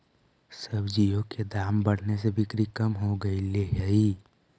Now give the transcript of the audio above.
सब्जियों के दाम बढ़ने से बिक्री कम हो गईले हई